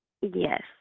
Yes